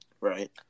Right